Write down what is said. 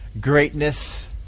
greatness